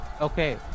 Okay